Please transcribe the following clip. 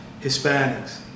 hispanics